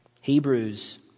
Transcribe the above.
Hebrews